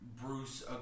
Bruce